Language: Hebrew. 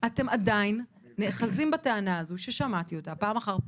אתם עדיין נאחזים בטענה הזו ששמעתי אותה פעם אחר פעם,